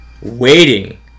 waiting